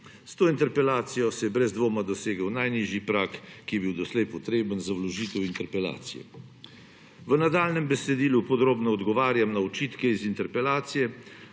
S to interpelacijo se je brez dvoma dosegel najnižji prag, ki je bil doslej potreben za vložitev interpelacije. V nadaljnjem besedilu podrobno odgovarjam na očitke iz interpelacije,